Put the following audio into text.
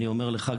אני אומר לך,